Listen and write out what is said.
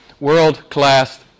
world-class